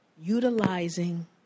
utilizing